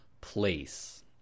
place